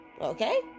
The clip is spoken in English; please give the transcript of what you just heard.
Okay